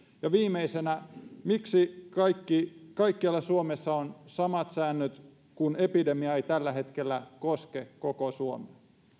ja viimeisenä miksi kaikkialla suomessa on samat säännöt kun epidemia ei tällä hetkellä koske koko suomea